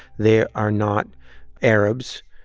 they are not arabs,